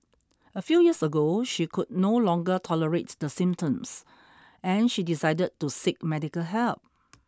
a few years ago she could no longer tolerate the symptoms and she decided to seek medical help